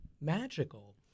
magical